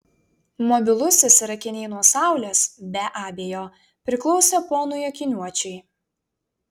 mobilusis ir akiniai nuo saulės be abejo priklausė ponui akiniuočiui